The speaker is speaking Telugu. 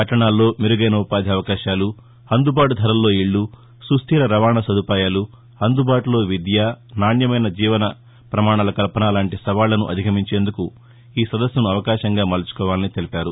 పట్టణాల్లో మెరుగైన ఉపాధి అవకాశాలు అందుబాటు ధరల్లో ఇళ్లు సుస్టిర రవాణా సదుపాయాలు అందుబాటులో విద్య నాణ్యమైన జీవన ప్రమాణాల కల్పన లాంటి సవాళ్లను అధిగమించేందుకు ఈ సదస్సును అవకాశంగా మలుచుకోవాలని తెలిపారు